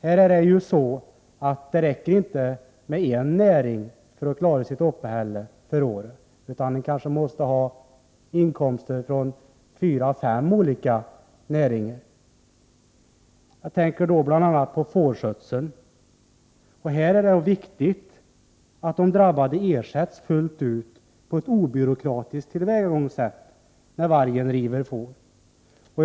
Det räcker där för att man skall klara sitt uppehälle inte att man ägnar sig åt en enda näring under året, utan man måste kanske ha intäkter från fyra till fem olika näringar. Jag tänker i detta sammanhang bl.a. på fårskötseln. Det är viktigt att de som drabbas när vargen river får, ersätts fullt ut och på ett obyråkratiskt sätt.